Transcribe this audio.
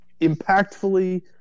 impactfully